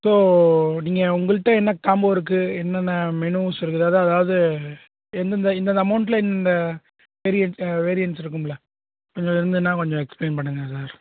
so நீங்கள் உங்கள்ட்ட என்ன காம்போ இருக்குது என்னென்ன மெனூஸ் இருக்குதோ அதாவது எந்தெந்த இந்தந்த அமௌண்ட்டில் இந்தந்த வேரியண்ட்ஸ் வேரியண்ட்ஸ் இருக்கும்ல அது இருந்துதுன்னா கொஞ்சம் எக்ஸ்ப்ளைன் பண்ணுங்கள் சார்